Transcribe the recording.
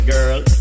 Girl